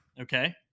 Okay